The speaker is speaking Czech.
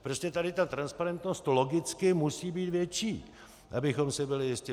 Prostě tady ta transparentnost logicky musí být větší, abychom si byli jisti.